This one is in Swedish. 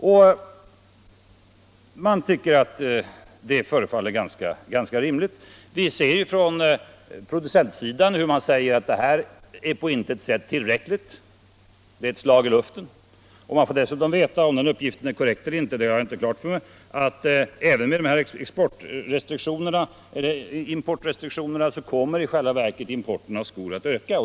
Från producentsidan sägs ju att vad som föreslås på intet sätt är tillräckligt. Det är ett slag i luften. Vi får dessutom veta —- om uppgiften är korrekt eller inte har jag inte klart för mig — att även med de föreslagna importrestriktionerna kommer i själva verket importen av skor att öka.